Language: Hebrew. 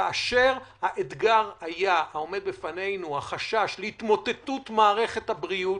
כאשר האתגר העומד בפנינו היה החשש מהתמוטטות מערכת הבריאות,